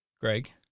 Greg